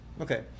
Okay